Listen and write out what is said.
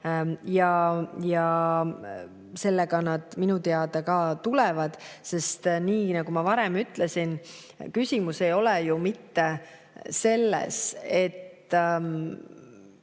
Sellega nad minu teada ka tulevad. Nii nagu ma varem ütlesin, küsimus ei ole ju mitte selles, et